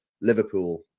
liverpool